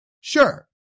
sure